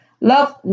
Love